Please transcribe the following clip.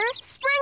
Spring